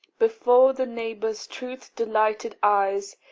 before the neighbour's truth-delighted eyes,